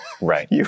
right